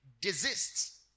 desists